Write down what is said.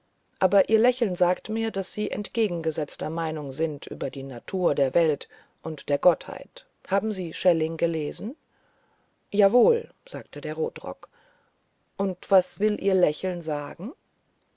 aber ihr lächeln sagt mir daß sie entgegengesetzter meinung sind über die natur der welt und der gottheit haben sie schelling gelesen ja wohl sagte der rotrock und was will ihr lächeln sagen